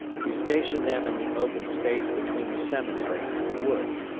to station them in the open space between the seminary and the woods,